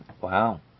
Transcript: Wow